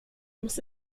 muss